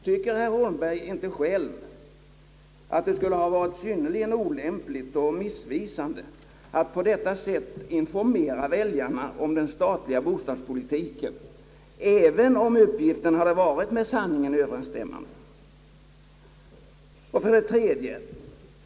Tycker herr Holmberg inte själv att det skulle ha varit synnerligen olämpligt och missvisande att på detta sätt informera väljarna om den statliga bostadspolitiken även om uppgiften hade varit med sanningen överensstämmande? 3.